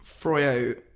Froyo